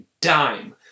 dime